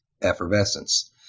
effervescence